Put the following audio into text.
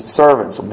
servants